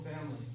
family